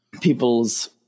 people's